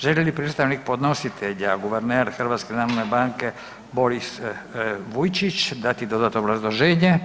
Želi li predstavnik podnositelja guverner HNB-a Boris Vujčić dati dodatno obrazloženje?